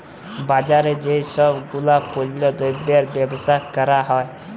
বাজারে যেই সব গুলাপল্য দ্রব্যের বেবসা ক্যরা হ্যয়